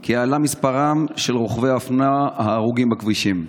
כי עלה מספרם של רוכבי אופנוע הרוגים בכבישים.